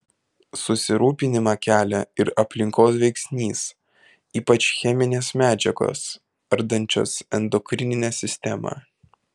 susirūpinimą kelia ir aplinkos veiksnys ypač cheminės medžiagos ardančios endokrininę sistemą